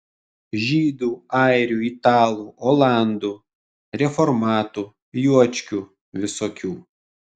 žydų airių italų olandų reformatų juočkių visokių